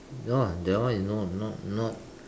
ya that one is no not not